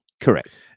Correct